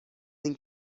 این